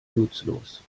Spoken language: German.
nutzlos